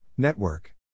Network